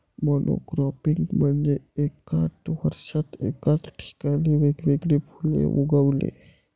monocropping म्हणजे एका वर्षात एकाच ठिकाणी वेगवेगळी फुले उगवणे